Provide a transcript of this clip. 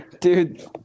Dude